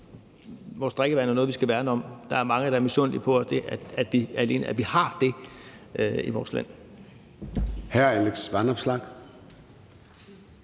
Vores drikkevand er noget, vi skal værne om. Der er mange, der er misundelige alene på det, at vi har det i vores land.